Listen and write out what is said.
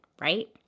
right